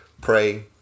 pray